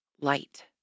light